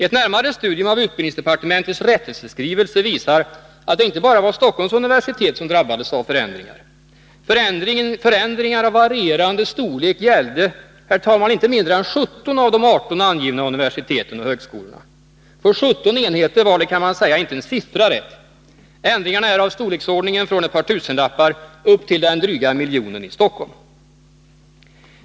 Ett närmare studium av utbildningsdepartementets rättelseskrivelse visar att det inte bara var Stockholms universitet som drabbades av förändringar. Förändringar av varierande storlek gällde, herr talman, inte mindre än 17 av de 18 angivna universiteten och högskolorna. För 17 enheter var det, kan man säga, inte en siffra rätt. Ändringarna är av storleksordningen från ett par tusenlappar upp till den dryga miljonen i Stockholm.